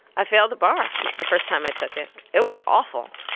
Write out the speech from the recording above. i failed the bar the first time i took it. it was awful,